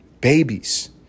babies